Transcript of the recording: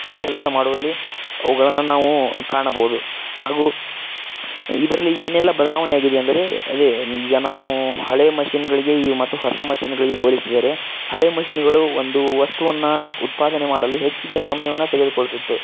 ಕೆಲಸ ಮಾಡುವಲ್ಲಿ ಅವುಗಳನ್ನು ನಾವು ಕಾಣಬೋದು ಹಾಗೂ ಇದರಲ್ಲಿ ಏನೆಲ್ಲ ಬದಲಾವನೆ ಆಗಿದೆ ಅಂದರೆ ಅದೇ ಈಗ ನಾವು ಹಳೆ ಮಷಿನ್ಗಳಿಗೆ ಈ ಮತ್ತು ಹೊಸ ಮಷಿನ್ಗಳಿಗೆ ಹೋಲಿಸಿದರೆ ಹಳೆ ಮಷಿನ್ಗಳು ಒಂದು ವಸ್ತುವನ್ನು ಉತ್ಪಾದನೆ ಮಾಡಲು ಹೆಚ್ಚಿಗೆ ಸಮಯವನ್ನು ತೆಗೆದುಕೊಳ್ತಿತ್ತು